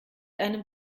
einem